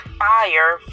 fire